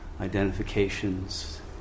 identifications